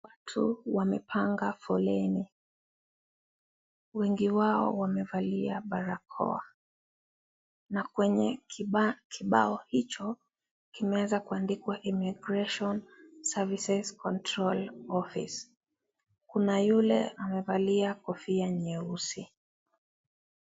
Watu wamepanga foleni. Wengi wao wamevalia barakoa na kwenye kibao hicho kimeweza kuandikwa, lmmigration Services Control Office . Kuna yule amevalia kofia nyeusi.